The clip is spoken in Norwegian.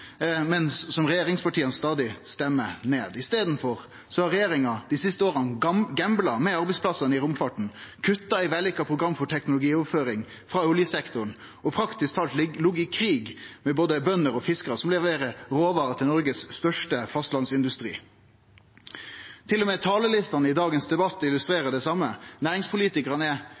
men som regjeringspartia stadig stemmer ned. I staden har regjeringa dei siste åra gambla med arbeidsplassane i romfarten, kutta i vellykka program for teknologioverføring frå oljesektoren og praktisk talt lege i krig med både bønder og fiskarar som leverer råvarer til Noregs største fastlandsindustri. Til og med talarlistene i dagens debatt illustrerer det same: Næringspolitikarane frå regjeringspartia glimrar med sitt fråvær. Berre éin av næringspolitikarane frå regjeringspartia er